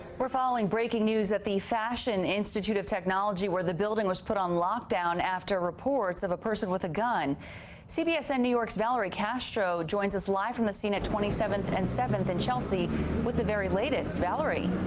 we're following breaking news at the fashion institute of technology, where the building was put on lockdown after reports of a person with a gun c. b. s. m. and new york's valerie castro joins us live from the scene at twenty seventh and seventh in chelsea with the very latest valerie.